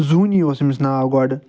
زوٗنی اوس امس ناو گۄڈٕ